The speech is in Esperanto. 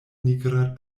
nigra